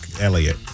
Elliot